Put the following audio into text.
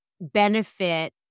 benefit